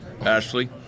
Ashley